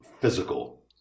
physical